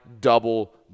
double